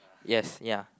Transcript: yes ya